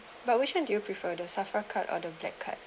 but which one do you prefer the safra card or the black card